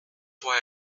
why